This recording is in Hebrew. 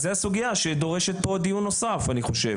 אז זו הסוגיה שדורשת פה דיון נוסף אני חושב.